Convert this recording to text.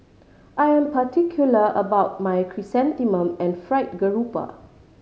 I am particular about my chrysanthemum and Fried Garoupa